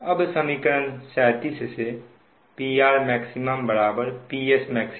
अब समीकरण 37 से PR PS VS